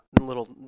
little